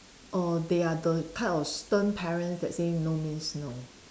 err they are the type of stern parents that say no means no